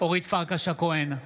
אורית פרקש הכהן,